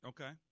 Okay